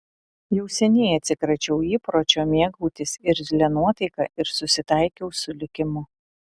jau seniai atsikračiau įpročio mėgautis irzlia nuotaika ir susitaikiau su likimu